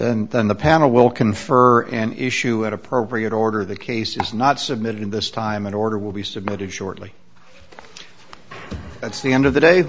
then then the panel will confer and issue at appropriate order the case is not submitted in this time an order will be submitted shortly that's the end of the day